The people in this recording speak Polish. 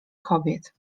kobiet